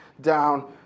down